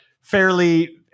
fairly